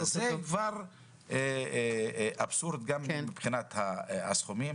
אז זה כבר אבסורד גם מבחינת הסכומים.